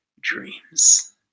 dreams